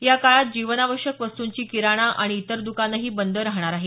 या काळात जीवनावश्यक वस्तूंची किराणा आणि इतर दुकानेही बंद राहणार आहेत